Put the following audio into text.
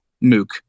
Mook